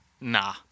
Nah